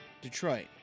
Detroit